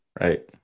Right